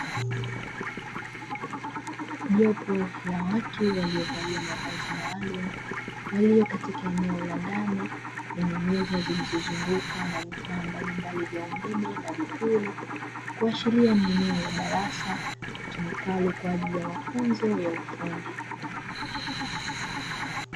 Jopo la watu waliovalia mavazi maalumu, walio katika eneo la ndani lenye meza zilizozungukwa na vifaa mbalimbali vya umeme na vipuli. Kuashiria ni eneo la darasa litumikalo kwa ajili ya mafunzo ya ufundi.